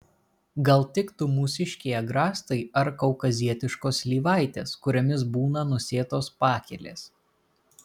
gal tiktų mūsiškiai agrastai ar kaukazietiškos slyvaitės kuriomis būna nusėtos pakelės